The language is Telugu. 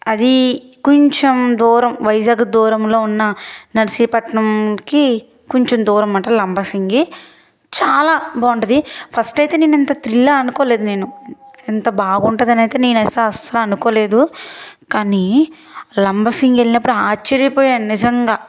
అది కొంచెం దూరం వైజాగ్ దూరంలో ఉన్న నర్సీపట్నంకి కొంచెం దూరమనమాట లంబసింగి చాలా బావుంటది ఫస్టయితే నేనంత త్రిల్ అనుకోలేదు నేను ఇంత బాగుంటాదనైతే నేనైతే అసలనుకోలేదు కానీ లంబసింగి వెళ్ళినప్పుడు ఆశ్చర్య పొయినా నిజంగా